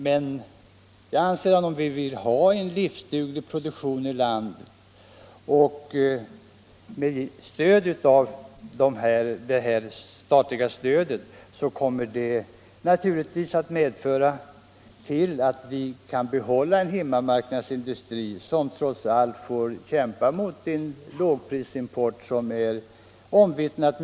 Men jag tror att med statligt stöd kommer vi att få en livsduglig produktion här i landet och kommer att kunna behålla en hemmamarknadsindustri, som dock får kämpa mot en mycket besvärande lågprisimport.